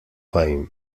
fame